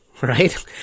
Right